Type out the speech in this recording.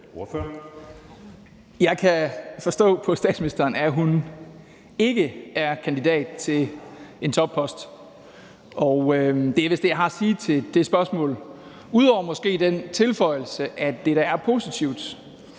Jeg kan forstå på statsministeren, at hun ikke er kandidat til en toppost. Det er vist det, jeg har at sige til det spørgsmål, ud over måske den tilføjelse, at det da er positivt,